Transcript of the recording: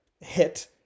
hit